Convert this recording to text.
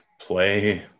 Play